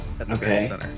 Okay